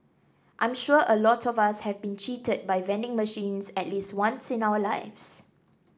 I'm sure a lot of us have been cheated by vending machines at least once in our lives